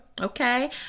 okay